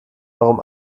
warum